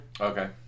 Okay